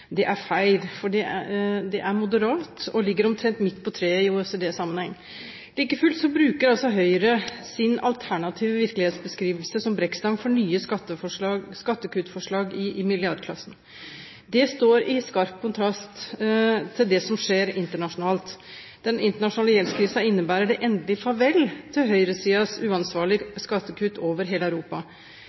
Det er feil. Det er moderat og ligger omtrent midt på treet i OECD-sammenheng. Like fullt bruker altså Høyre sin alternative virkelighetsbeskrivelse som brekkstang for nye skattekuttforslag i milliardklassen. Det står i skarp kontrast til det som skjer internasjonalt. Den internasjonale gjeldskrisen innebærer det endelige farvel til høyresidens uansvarlige skattekutt over hele Europa.